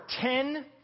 ten